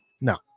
No